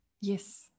Yes